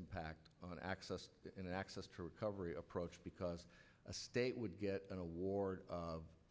impact on access and access to recovery approach because a state would get an award